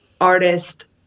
artist